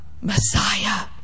Messiah